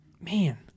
Man